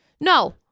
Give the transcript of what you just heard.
No